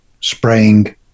spraying